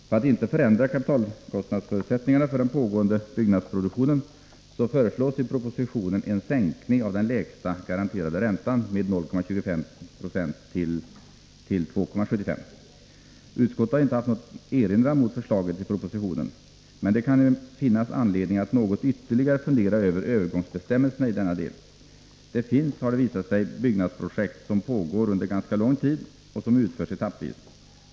För att inte förändra kapitalkostnadsförutsättningarna för den pågående byggnadsproduktionen föreslås i propositionen en sänkning av den lägsta garanterade räntan med 0,25 9 till 2,75 Jo. Utskottet har inte haft något att erinra mot förslaget i propositionen. Det kan emellertid finnas anledning att något ytterligare fundera över övergångsbestämmelserna i denna del. Det finns, har det visat sig, byggnadsprojekt som pågår under ganska lång tid och som utförs etappvis.